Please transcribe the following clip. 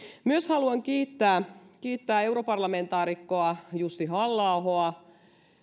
myös haluan kiittää kiittää europarlamentaarikko jussi halla ahoa